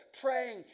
praying